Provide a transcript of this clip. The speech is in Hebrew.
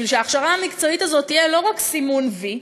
בשביל שההכשרה המקצועית הזאת תהיה לא רק סימון "וי",